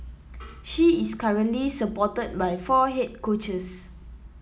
she is currently supported by four head coaches